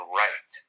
right